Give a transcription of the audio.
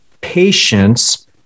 patience